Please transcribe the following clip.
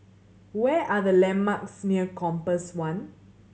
where are the landmarks near Compass One